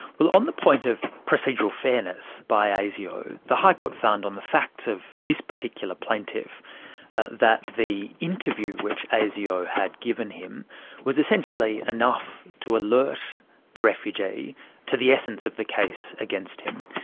well, on the point of procedural fairness by ah asio the high court found on the facts of this particular plaintiff that the interview which asio had given him was essentially enough to alert the refugee to the essence of the case against him.